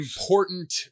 important